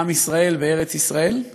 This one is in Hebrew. עם ישראל בארץ-ישראל,